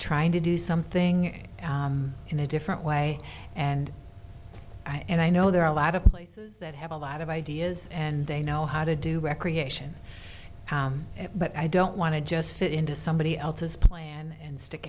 trying to do something in a different way and i know there are a lot of places that have a lot of ideas and they know how to do recreation but i don't want to just fit into somebody else's plan and stick